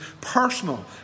personal